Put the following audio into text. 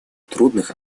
трудных